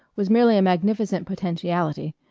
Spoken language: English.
was merely a magnificent potentiality,